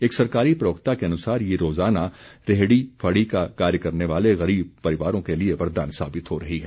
एक सरकारी प्रवक्ता के अनुसार ये योजना रेहड़ी फड़ी का कार्य करने वाले गरीब परिवारों के लिए वरदान साबित हो रही है